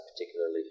particularly